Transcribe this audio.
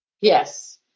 Yes